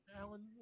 Alan